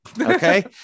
Okay